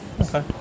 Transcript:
okay